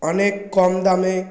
অনেক কম দামে